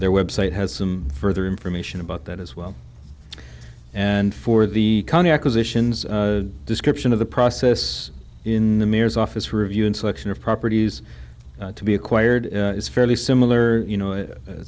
their website has some further information about that as well and for the county acquisitions a description of the process in the mayor's office for review and selection of properties to be acquired is fairly similar you know